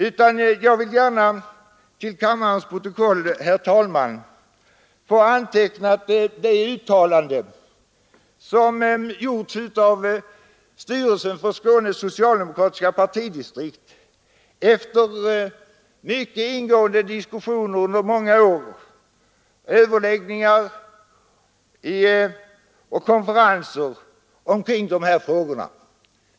Men jag vill gärna till kammarens protokoll, herr talman, få antecknat det uttalande som gjorts av Skånes socialdemokratiska partidistrikt efter synnerligen ingående diskussioner under många år vid överläggningar och konferenser kring de här frågorna.